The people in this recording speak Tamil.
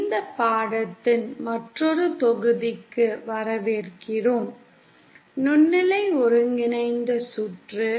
இந்த பாடத்தின் மற்றொரு தொகுதிக்கு வரவேற்கிறோம் 'நுண்ணலை ஒருங்கிணைந்த சுற்று'